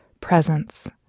presence